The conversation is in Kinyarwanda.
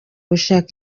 gushaka